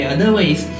Otherwise